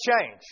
change